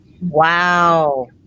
Wow